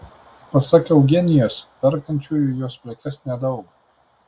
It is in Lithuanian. pasak eugenijos perkančiųjų jos prekes nedaug